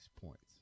points